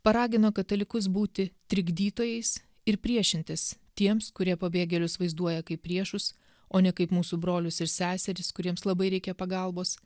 paragino katalikus būti trikdytojais ir priešintis tiems kurie pabėgėlius vaizduoja kaip priešus o ne kaip mūsų brolius ir seseris kuriems labai reikia pagalbos